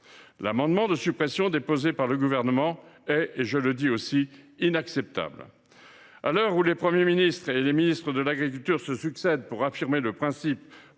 L’amendement de suppression déposé par le Gouvernement est, je le dis aussi, inacceptable. Alors que les Premiers ministres et les ministres de l’agriculture se succèdent pour affirmer le principe